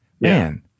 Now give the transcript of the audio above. Man